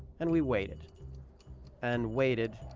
and we waited and waited.